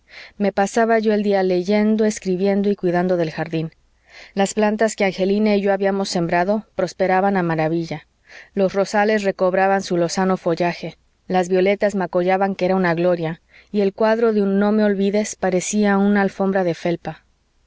me pasaba yo el día leyendo escribiendo y cuidando del jardín las plantas que angelina y yo habíamos sembrado prosperaban a maravilla los rosales recobraban su lozano follaje las violetas macollaban que era una gloria y el cuadro de no me olvides parecía una alfombra de felpa